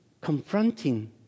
confronting